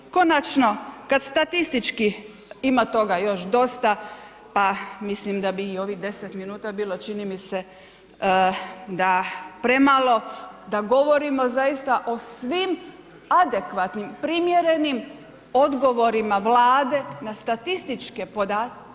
Konačno kad statistički, ima toga još dosta, pa mislim da bi i ovih deset minuta bilo čini mi se da premalo da govorimo zaista o svim adekvatnim primjerenim odgovorima Vlade na statističke podatke,